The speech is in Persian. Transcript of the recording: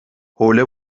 حوله